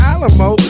Alamo